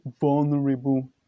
vulnerable